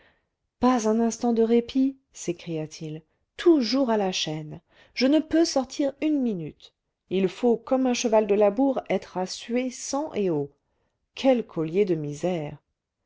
pas un instant de répit s'écria-t-il toujours à la chaîne je ne peux sortir une minute il faut comme un cheval de labour être à suer sang et eau quel collier de misère